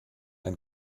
ein